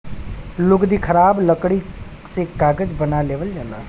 लुगदी खराब लकड़ी से कागज बना लेवल जाला